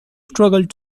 struggled